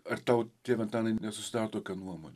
ar tau tėve antanai nesusidaro tokia nuomonė